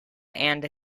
and